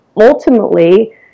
ultimately